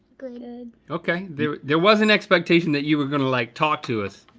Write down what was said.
good ah good okay, there there was an expectation, that you were gonna like, talk to us,